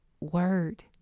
Word